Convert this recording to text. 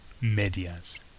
Medias